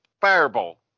fireball